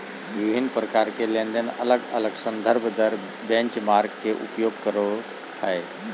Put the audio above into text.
विभिन्न प्रकार के लेनदेन अलग अलग संदर्भ दर बेंचमार्क के उपयोग करो हइ